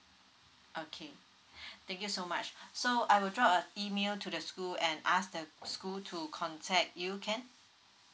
okay thank you so much so I will drop a email to the school and ask the school to contact you can